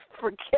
forget